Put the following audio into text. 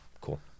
Cool